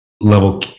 level